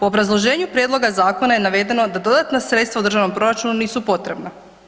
U obrazloženju prijedloga zakona je navedeno da dodatna sredstva u državnom proračunu nisu potrebna.